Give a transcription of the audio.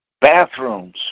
bathrooms